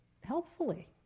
helpfully